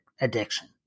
addiction